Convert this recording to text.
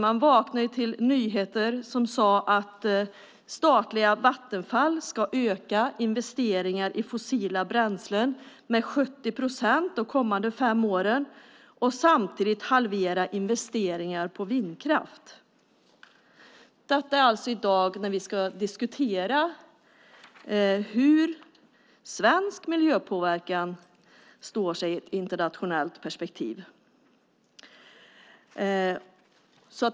Man vaknade till nyheten att statliga Vattenfall ska öka investeringarna i fossila bränslen med 70 procent de kommande fem åren och samtidigt halvera investeringarna i vindkraft. Detta sker alltså i dag när vi ska diskutera hur svensk miljöpåverkan står sig i ett internationellt perspektiv.